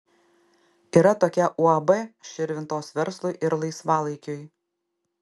yra tokia uab širvintos verslui ir laisvalaikiui